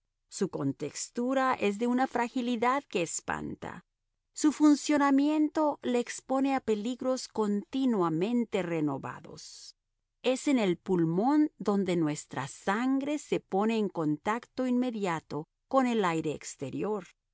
su contextura es de una fragilidad que espanta su funcionamiento le expone a peligros continuamente renovados es en el pulmón donde nuestra sangre se pone en contacto inmediato con el aire exterior